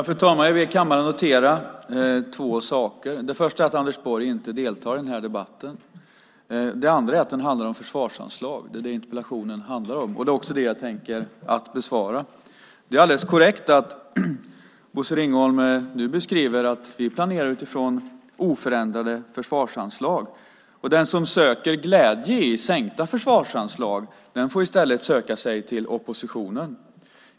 Fru talman! Jag ber kammaren notera två saker. För det första deltar inte Anders Borg i den här debatten. För det andra handlar debatten om försvarsanslag. Det är det interpellationen handlar om, och det är också det jag tänker besvara. Det är alldeles korrekt som Bosse Ringholm nu beskriver att vi planerar utifrån oförändrade försvarsanslag. Den som söker glädje i sänkta försvarsanslag får i stället söka sig till oppositionen.